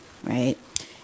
Right